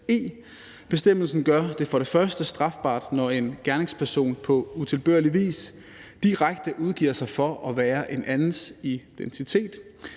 e. Bestemmelsen gør det for det første strafbart, når en gerningsperson på utilbørlig vis direkte udgiver sig for at være en anden. Det